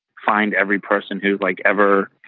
find every person who's, like, ever,